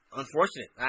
unfortunate